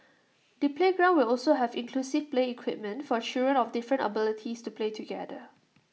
the playground will also have inclusive play equipment for children of different abilities to play together